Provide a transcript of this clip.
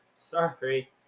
Sorry